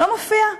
לא מופיע.